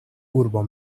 urbo